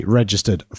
registered